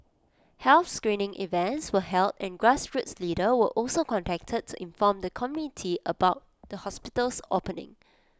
health screening events were held and grassroots leaders were also contacted to inform the community about the hospital's opening